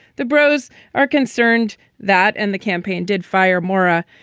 the brose are concerned that and the campaign did fire moora.